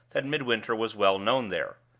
that midwinter was well known there.